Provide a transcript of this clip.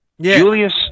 Julius